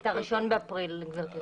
את ה-1 באפריל, גברתי יושבת הראש.